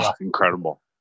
Incredible